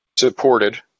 supported